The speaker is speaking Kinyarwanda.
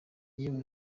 yewe